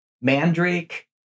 mandrake